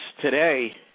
today